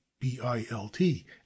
B-I-L-T